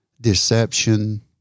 Deception